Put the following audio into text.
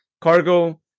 Cargo